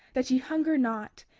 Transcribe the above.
that ye hunger not,